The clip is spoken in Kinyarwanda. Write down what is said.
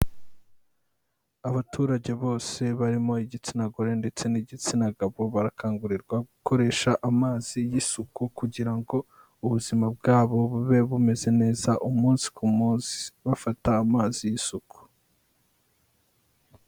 Abaturage bose barimo igitsina gore ndetse n'igitsina gabo, barakangurirwa gukoresha amazi y'isuku, kugira ngo ubuzima bwabo bube bumeze neza umunsi ku munsi bafata amazi y'isuku.